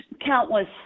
countless